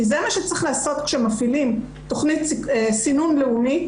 כי זה מה שצריך לעשות כשמפעילים תוכנית סינון לאומית,